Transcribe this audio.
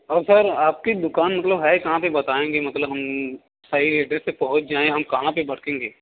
और सर आपकी दुकान मतलब है कहाँ पर बताएंगे मतलब हम सही एड्रेस पर पहुँच जाए हम कहाँ पर भटकेंगे